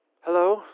Hello